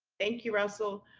thank you, russell.